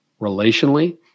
relationally